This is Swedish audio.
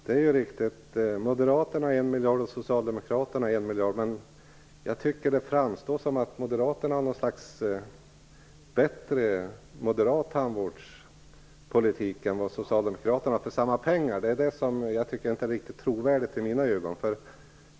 Herr talman! Det är riktigt - moderaterna har 1 miljard och socialdemokraterna 1 miljard. Men jag tycker att det framstår som att moderaterna har något slags bättre tandvårdspolitik än socialdemokraterna för samma pengar. Det är inte riktigt trovärdigt i mina ögon.